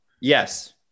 Yes